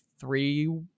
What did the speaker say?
Three